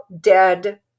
dead